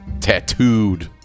tattooed